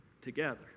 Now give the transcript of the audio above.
together